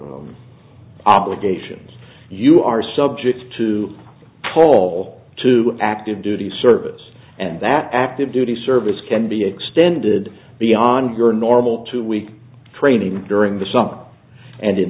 obligations you are subject to whole to active duty service and that active duty service can be extended beyond your normal two week training during the summer and in